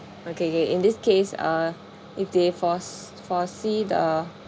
okay okay in this case uh if they fores~ foresee the